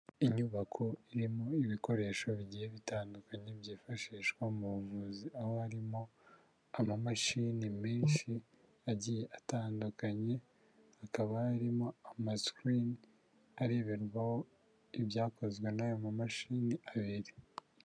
Inyubako irimo ibikoresho bigiye bitandukanye byifashishwa mu buvuzi, aho harimo amamashini menshi agiye atandukanye, hakaba harimo amasikirini areberwaho ibyakozwe n'ayo ma mashini abiri.